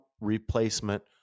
replacement